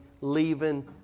leaving